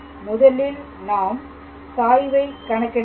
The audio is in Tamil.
முதலில் நாம் சாய்வை கணக்கிட வேண்டும்